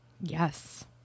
Yes